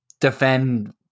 defend